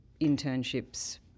internships